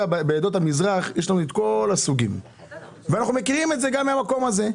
בעדות המזרח יש לנו את כל הסוגים ואנחנו מכירים את זה גם מהמקום הזה.